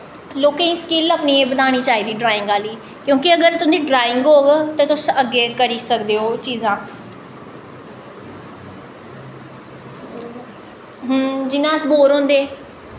लोकें गी स्किल अपनी बनानी चाहिदी ड्राईंग आह्ली क्योंकि अगर तुंदी ड्राईंग होग ते तुस अग्गें करी सकदे ओ ओह् चीज़ां जि'यां अस बोर होंदे